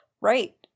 Right